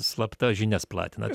slapta žinias platinat